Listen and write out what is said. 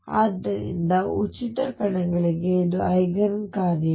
ಆದ್ದರಿಂದ ಉಚಿತ ಕಣಗಳಿಗೆ ಇದು ಐಗನ್ ಕಾರ್ಯಗಳು